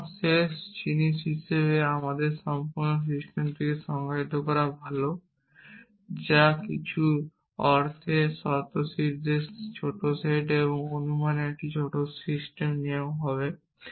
সুতরাং শেষ জিনিস হিসাবে এটি একটি সম্পূর্ণ সিস্টেমকে সংজ্ঞায়িত করা ভাল যা কিছু অর্থে স্বতঃসিদ্ধের ছোট সেট এবং অনুমানের একটি ছোট নিয়ম হবে